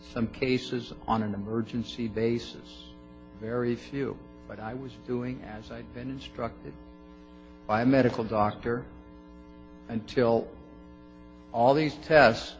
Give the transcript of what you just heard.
some cases on an emergency basis very few but i was doing as i'd been instructed by a medical doctor until all these tests